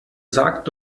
sagt